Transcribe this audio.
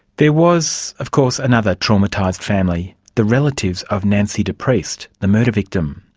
there was, of course, another traumatised family, the relatives of nancy depriest, the murder victim.